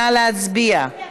נא להצביע.